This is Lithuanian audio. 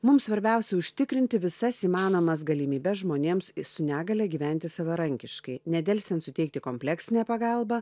mums svarbiausia užtikrinti visas įmanomas galimybes žmonėms i su negalia gyventi savarankiškai nedelsiant suteikti kompleksinę pagalbą